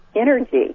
energy